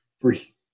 Free